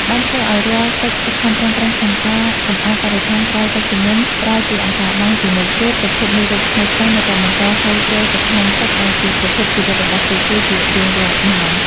បានធ្វើឱ្យរាល់កិច្ចខិតខំប្រឹងប្រែងក្នុងការសម្អាតបរិស្ថានក្រោយទឹកជំនន់ប្រែជាអសារបង់ជានិច្ច ព្រោះប្រភពមេរោគថ្មីៗនៅតែបន្តហូរចូលទៅក្នុងទឹកដែលជាប្រភពជីវិតរបស់ពួកគេជារៀងរាល់ម៉ោង។